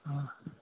ہاں